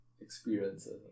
Experiences